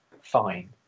fine